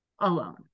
alone